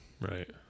Right